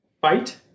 fight